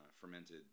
fermented